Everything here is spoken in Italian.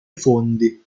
fondi